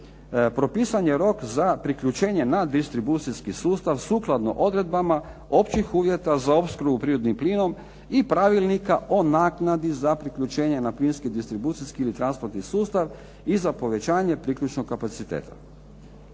propisan je rok za priključenje na distribucijski sustav sukladno odredbama Općih uvjeta za opskrbu prirodnim plinom i Pravilnika o naknadi za priključenje na plinski distribucijski ili transportni sustav i za povećanje priključnog kapaciteta.